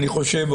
אני חושב,